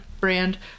brand